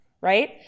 right